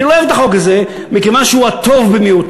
אני לא אוהב את החוק הזה מכיוון שהוא הטוב במיעוטו.